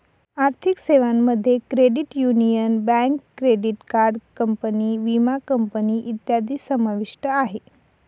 आर्थिक सेवांमध्ये credit union, bank, credit card company, विमा कंपनी इत्यादी समाविष्ट आहे